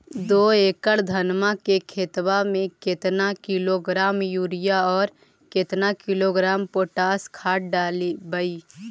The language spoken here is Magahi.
दो एकड़ धनमा के खेतबा में केतना किलोग्राम युरिया और केतना किलोग्राम पोटास खाद डलबई?